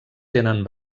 tenen